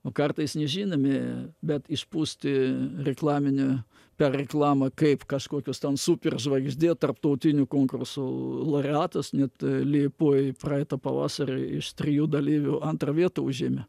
o kartais nežinomi bet išpūsti reklaminio per reklamą kaip kažkokios ten superžvaigždė tarptautinių konkursų laureatas net liepojoj praeitą pavasarį iš trijų dalyvių antrą vietą užėmė